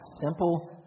simple